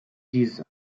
giza